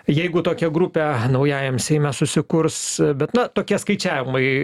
jeigu tokia grupė naujajam seime susikurs bet na tokie skaičiavimai